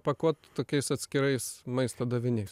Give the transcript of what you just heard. pakuot tokiais atskirais maisto daviniais